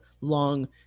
long